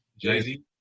Jay-Z